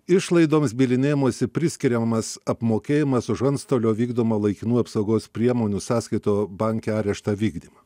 išlaidoms bylinėjimosi priskiriamas apmokėjimas už antstolio vykdomą laikinų apsaugos priemonių sąskaitų banke areštą vykdymą